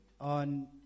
on